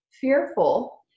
fearful